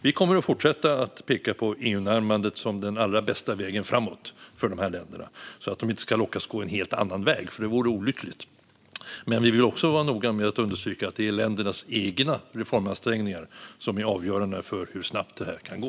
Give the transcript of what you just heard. Vi kommer att fortsätta peka på EU-närmandet som den allra bästa vägen framåt för de här länderna, så att de inte ska lockas att gå en helt annan väg, för det vore olyckligt. Men vi vill också vara noga med att understryka att det är ländernas egna reformansträngningar som är avgörande för hur snabbt det kan gå.